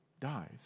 dies